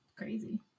Crazy